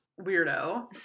weirdo